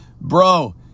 Bro